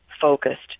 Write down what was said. focused